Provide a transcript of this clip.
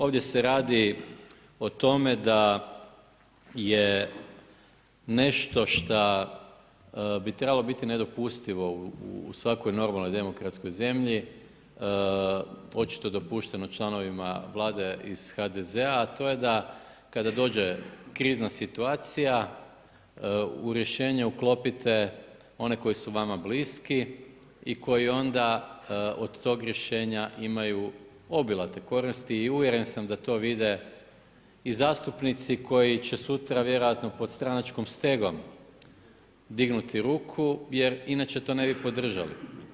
Ovdje se radi o tome da je nešto šta bi trebalo biti nedopustivo u svakoj normalnoj demokratskoj zemlji očito dopušteno članovima Vlade iz HDZ-a, a to je da kada dođe krizna situacija u rješenje uklopite one koji su vama bliski i koji onda od tog rješenja imaju obilate koristi i uvjeren sam da to vide i zastupnici koji će sutra vjerojatno pod stranačkom stegom dignuti ruku jer inače to ne bi podržali.